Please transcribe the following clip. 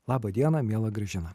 laba diena mielą grįžimą